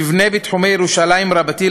נבנה בתחומי ירושלים רבתי,